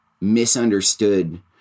misunderstood